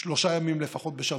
לפחות שלושה ימים בשבוע,